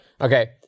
Okay